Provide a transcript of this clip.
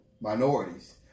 minorities